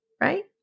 right